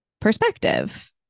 perspective